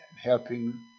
helping